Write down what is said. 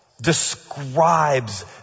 Describes